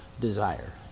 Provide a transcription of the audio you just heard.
desire